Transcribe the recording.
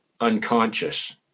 unconscious